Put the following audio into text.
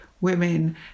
women